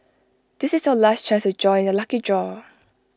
this is your last chance to join the lucky draw